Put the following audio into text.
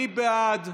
מי בעד?